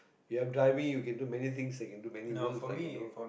you have driving you can do many things like can do many work like you know